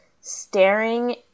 staring